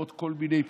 ועוד כל מיני פקידים,